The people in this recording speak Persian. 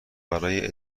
برای